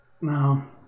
No